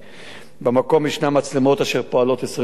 במקום יש מצלמות אשר פועלות 24 שעות,